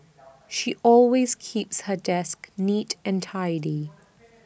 she always keeps her desk neat and tidy